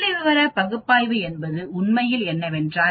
புள்ளிவிவர பகுப்பாய்வு என்பது உண்மையில் என்னவென்றால்